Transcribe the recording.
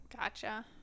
Gotcha